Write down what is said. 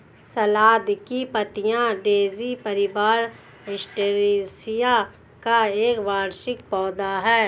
सलाद की पत्तियाँ डेज़ी परिवार, एस्टेरेसिया का एक वार्षिक पौधा है